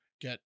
get